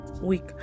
week